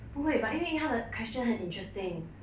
不会吧因为他的 question 很 interesting